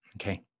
okay